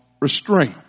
restraint